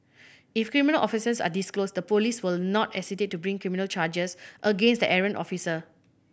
if criminal offences are disclosed the police will not hesitate to bring criminal charges against the errant officer